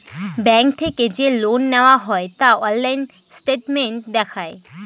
bank থেকে যে loan নেওয়া হয় তা অনলাইন স্টেটমেন্ট দেখায়